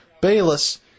Bayless